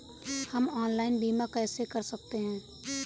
हम ऑनलाइन बीमा कैसे कर सकते हैं?